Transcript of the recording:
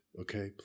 okay